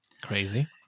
Crazy